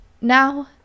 now